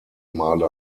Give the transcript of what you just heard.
male